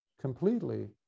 completely